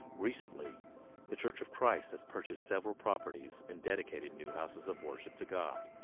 recently the church of christ has purchased several properties and dedicated new houses of worship to god,